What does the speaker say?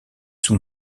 sous